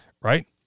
right